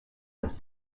was